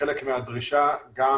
כחלק מהדרישה גם